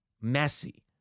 messy